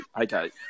okay